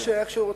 איך שהוא רוצה.